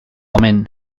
omen